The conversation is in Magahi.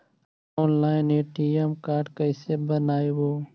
ऑनलाइन ए.टी.एम कार्ड कैसे बनाबौ?